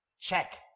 Check